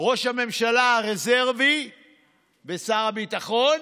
ראש הממשלה הרזרבי ושר הביטחון